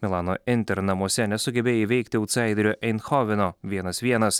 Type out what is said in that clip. milano inter namuose nesugebėjo įveikti autsaiderio einchovino vienas vienas